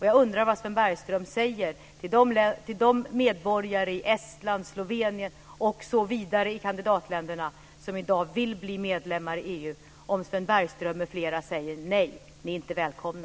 Jag undrar vad de medborgare i Estland, Slovenien m.fl. kandidatländer som i dag vill bli medlemmar i EU säger om Sven Bergström m.fl. säger: Nej, ni är inte välkomna.